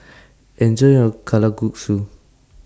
Enjoy your Kalguksu